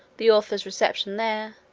the author's reception there.